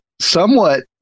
somewhat